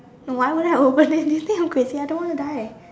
no why would I open it do you think I am crazy I don't want to die